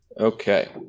Okay